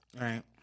right